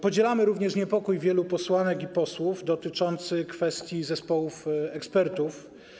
Podzielamy również niepokój wielu posłanek i posłów dotyczący kwestii zespołów ekspertów.